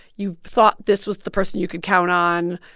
you thought this was the person you could count on,